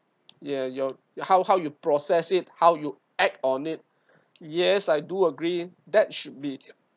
ya your how how you process it how you act on it yes I do agree that should be